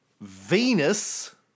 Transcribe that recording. Venus